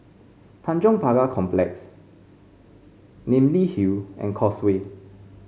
Tanjong Pagar Complex Namly Hill and Causeway